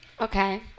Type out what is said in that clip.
Okay